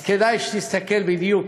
אז כדאי שתסתכל בדיוק